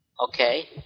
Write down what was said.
Okay